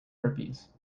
herpes